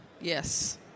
Yes